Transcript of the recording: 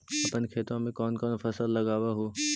अपन खेतबा मे कौन कौन फसल लगबा हू?